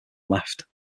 left